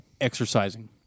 exercising